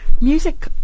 Music